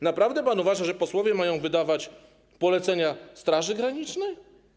Naprawdę pan uważa, że posłowie mają wydawać polecenia Straży Granicznej?